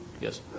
Yes